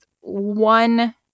one